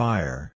Fire